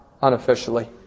unofficially